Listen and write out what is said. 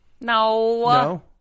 No